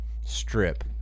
strip